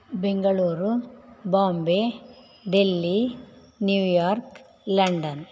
Bengaluru Bombay Delhi New York London